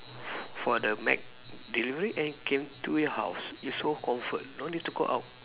for the McDelivery and can to your house it's so comfort don't need to go out